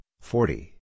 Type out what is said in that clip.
forty